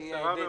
אדוני,